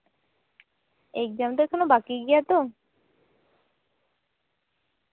exam ᱫᱚ ᱮᱠᱷᱚᱱᱳ ᱵᱟᱠᱤ ᱜᱮᱭᱟ ᱛᱚ